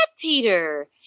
Peter